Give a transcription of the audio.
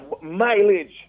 mileage